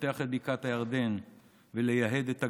לפתח את בקעת הירדן ולייהד את הגליל,